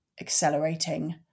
accelerating